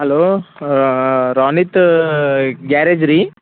hello Ronit garage ರೀ